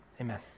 Amen